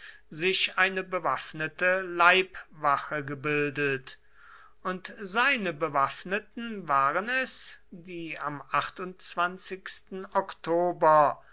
sich eine bewaffnete leibwache gebildet und seine bewaffneten waren es die am oktober